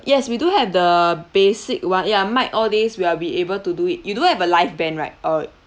yes we do have the basic [one] ya mic all these we will be able to do it you don't have a live band right uh